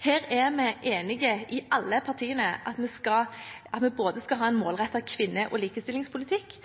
Her er vi enige, alle partiene, om at vi skal ha både en målrettet kvinne- og likestillingspolitikk og en kvinne- og likestillingspolitikk